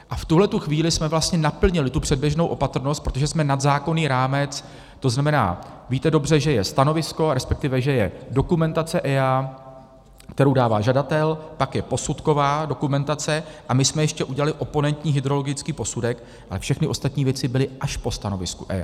A v tuhle chvíli jsme vlastně naplnili tu předběžnou opatrnost, protože jsme nad zákonný rámec, to znamená, víte dobře, že je stanovisko, respektive že je dokumentace EIA, kterou dává žadatel, pak je posudková dokumentace, a my jsme ještě udělali oponentní hydrologický posudek, ale všechny ostatní věci byly až po stanovisku EIA.